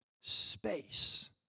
space